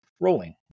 rolling